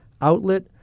outlet